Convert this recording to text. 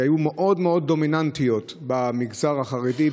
שהיו מאוד מאוד דומיננטיות במגזר החרדי.